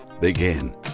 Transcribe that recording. begin